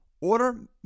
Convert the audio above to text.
Order